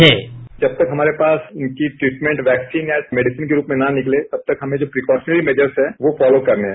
white Bajaj जब तक हमारे पास इनकी ट्रीटमेंट वैक्सीन या मेडिसन के रूप में ना निकले तब तक हमें जो प्रिकॉशनरी मैजर्स हैं यो फॉलो करने हैं